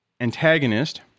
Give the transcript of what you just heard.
antagonist